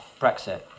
Brexit